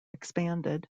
expanded